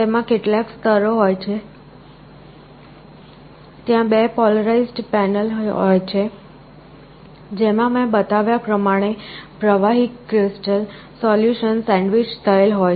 તેમાં કેટલાક સ્તરો હોય છે ત્યાં 2 પોલારાઇઝ્ડ પેનલ્સ છે જેમાં મેં બતાવ્યા પ્રમાણે પ્રવાહી ક્રિસ્ટલ સૉલ્યુશન સેન્ડવીચ થયેલ હોય છે